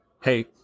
hey